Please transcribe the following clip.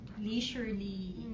leisurely